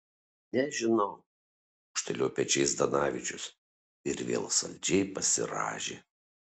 nežinau gūžtelėjo pečiais zdanavičius ir vėl saldžiai pasirąžė